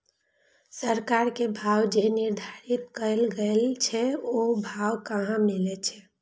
सरकार के भाव जे निर्धारित कायल गेल छै ओ भाव कहाँ मिले छै?